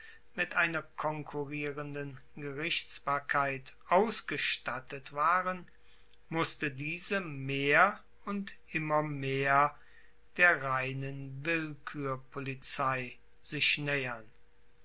mit einer konkurrierenden gerichtsbarkeit ausgestattet waren musste diese mehr und immer mehr der reinen willkuerpolizei sich naehern